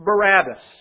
Barabbas